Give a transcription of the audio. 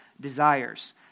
desires